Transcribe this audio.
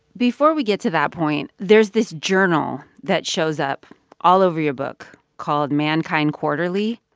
before we get to that point, there's this journal that shows up all over your book called mankind quarterly.